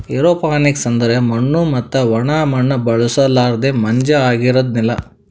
aeroponics ಅಂದುರ್ ಮಣ್ಣು ಮತ್ತ ಒಣ ಮಣ್ಣ ಬಳುಸಲರ್ದೆ ಮಂಜ ಆಗಿರದ್ ನೆಲ